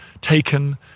taken